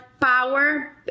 power